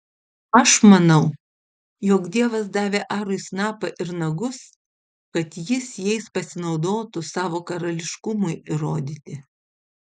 aš manau jog dievas davė arui snapą ir nagus kad jis jais pasinaudotų savo karališkumui įrodyti